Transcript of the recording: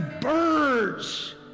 birds